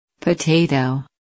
Potato